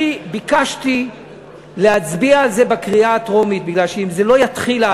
אני ביקשתי להצביע על זה בקריאה הטרומית מפני שאם זה לא יתחיל,